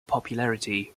popularity